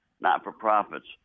not-for-profits